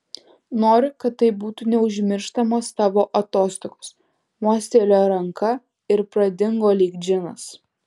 noriu kad tai būtų neužmirštamos tavo atostogos mostelėjo ranka ir pradingo lyg džinas